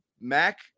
Mac